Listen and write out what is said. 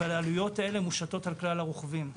אבל העלויות האלה מושתות על כלל הרכבים,